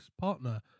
partner